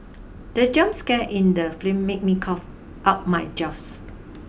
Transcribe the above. the jump scare in the film made me cough out my juice